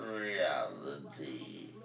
reality